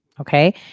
Okay